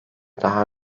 daha